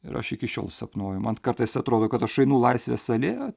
ir aš iki šiol sapnuoju man kartais atrodo kad aš einu laisvės alėja